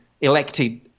elected